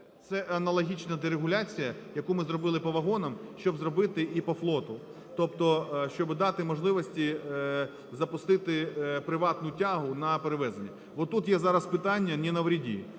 Це аналогічна дерегуляція, яку ми зробили по вагонам, щоб зробити і по флоту. Тобто щоби дати можливості запустити приватну тягу на перевезення. Отут є зараз питання "не навреди".